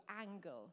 angle